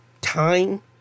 time